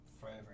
forever